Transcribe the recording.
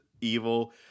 Evil